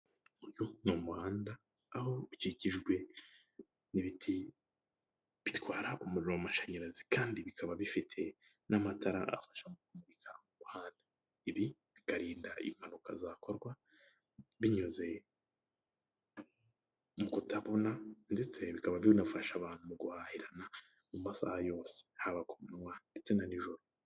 Iburyo bwo mu muhanda aho ukikijwe n'ibiti bitwara umuriro w'amashanyarazi, kandi bikaba bifite n'amatara afasha mu kumurika ku muhanda. Ibi bikarinda impanuka zakorwa, binyuze mu kutabona ,ndetse bikaba binafasha abantu guhahirana mu masaha yose, haba ku munwa ndetse na nijoro.